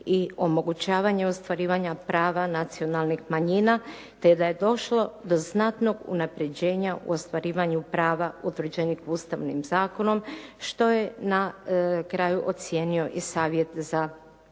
i omogućavanje ostvarivanja prava nacionalnih manjina te da je došlo do znatnog unaprjeđenja u ostvarivanju prava utvrđenih Ustavnim zakonom što je na kraju ocijenio i Savjet za